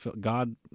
God